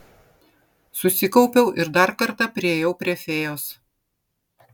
susikaupiau ir dar kartą priėjau prie fėjos